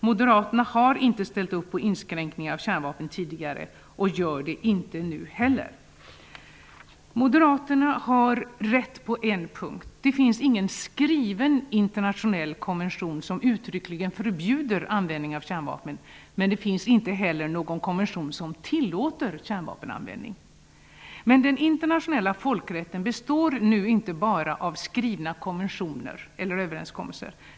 Moderaterna har inte ställt upp på inskränkningar av kärnvapen tidigare och gör det inte nu heller. Moderaterna har rätt på en punkt: det finns ingen skriven internationell konvention som uttryckligen förbjuder användning av kärnvapen, men det finns inte heller någon konvention som tillåter kärnvapenanvändning. Men den internationella folkrätten består nu inte bara av skrivna konventioner eller överenskommelser.